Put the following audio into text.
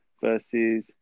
versus